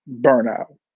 burnout